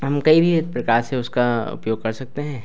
हम कई भी प्रकार से उसका उपयोग कर सकते हैं